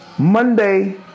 Monday